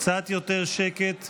קצת יותר שקט במליאה,